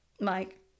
Mike